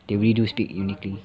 they really do speak uniquely